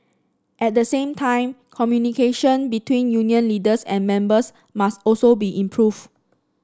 at the same time communication between union leaders and members must also be improved